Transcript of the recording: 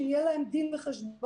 שיהיה להן דין וחשבון,